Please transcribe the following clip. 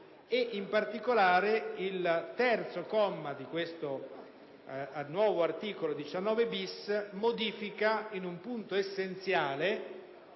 In particolare, il terzo comma del nuovo articolo 19-*bis* modifica in un punto essenziale